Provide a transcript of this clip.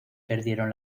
perdieron